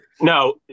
No